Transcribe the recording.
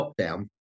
lockdown